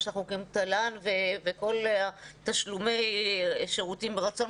מה שאנחנו קוראים תל"ן וכל תשלומי שירותים מרצון,